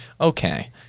okay